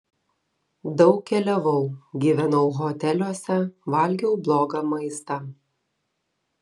daug keliavau gyvenau hoteliuose valgiau blogą maistą